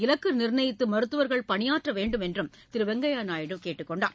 இலக்கு நிர்ணயித்து மருத்துவர்கள் பணியாற்ற வேண்டுமென்றும் திரு வெங்கையா நாயுடு கேட்டுக்கொண்டார்